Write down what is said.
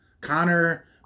Connor